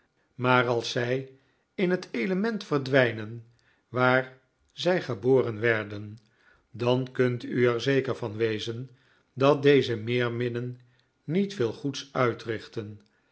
maar als zij in het element verdwijnen waar zij geboren werden dan kunt u er zeker van wezen dat deze meerminnen niet veel goeds uitrichten